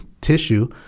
tissue